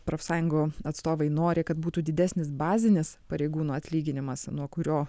profsąjungų atstovai nori kad būtų didesnis bazinis pareigūnų atlyginimas nuo kurio